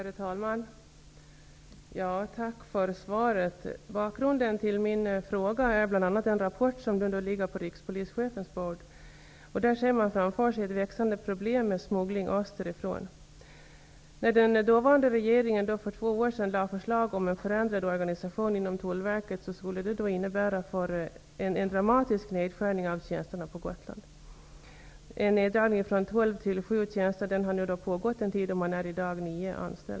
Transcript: Herr talman! Tack för svaret. Bakgrunden till min fråga är bl.a. en rapport som ligger på rikspolischefens bord. Av rapporten framgår att man ser framför sig ett växande problem med smugglingen österifrån. Förra regeringen lade för två år sedan fram förslag till en förändrad organisation inom Tullverket. Det skulle innebära en dramatisk nedskärning av tjänsterna på Gotland. Det handlar om en neddragning, från tolv till sju tjänster, och neddragningen har pågått en tid. I dag finns det nio anställda.